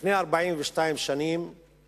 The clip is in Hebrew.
לפני 42 שנה